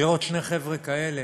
לראות שני חבר'ה כאלה,